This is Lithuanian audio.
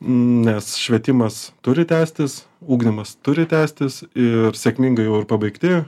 nes švietimas turi tęstis ugdymas turi tęstis ir sėkmingai jau ir pabaigti